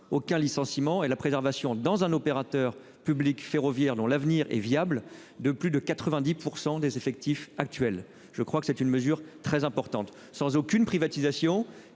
aucun licenciement et la préservation dans un opérateur public ferroviaire dont l'avenir est viable de plus de 90% des effectifs actuels. Je crois que c'est une mesure très importante sans aucune privatisation.